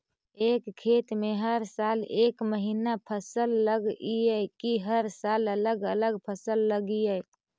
एक खेत में हर साल एक महिना फसल लगगियै कि हर साल अलग अलग फसल लगियै?